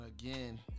again